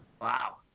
Wow